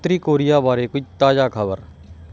ਉੱਤਰੀ ਕੋਰੀਆ ਬਾਰੇ ਕੋਈ ਤਾਜ਼ਾ ਖਬਰ